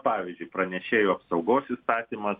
pavyzdžiui pranešėjų apsaugos įstatymas